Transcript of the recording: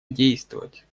действовать